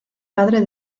padre